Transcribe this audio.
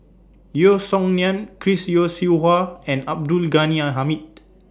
Yeo Song Nian Chris Yeo Siew Hua and Abdul Ghani Hamid